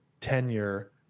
tenure